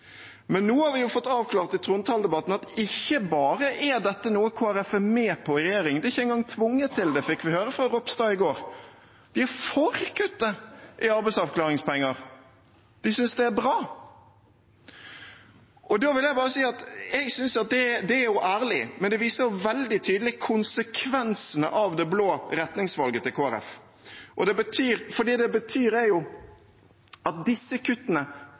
Men nå har vi fått avklart i trontaledebatten at ikke bare er dette noe Kristelig Folkeparti er med på i regjering – de er ikke engang tvunget til det, fikk vi høre fra Ropstad i går – de er for kuttet i arbeidsavklaringspenger. De synes det er bra. Det er jo ærlig, men det viser veldig tydelig konsekvensene av det blå retningsvalget til Kristelig Folkeparti, for det det betyr, er at disse kuttene